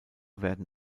werden